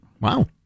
Wow